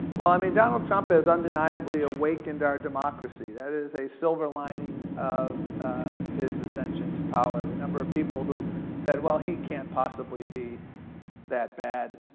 well, i mean, donald trump has undeniably awakened our democracy, that is a silver lining of his ascension to power. the number of people who said, well, he can't possibly be that bad.